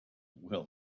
will